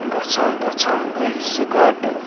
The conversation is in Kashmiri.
گژھان گژھان گٔے زٕ گٲنٛٹہٕ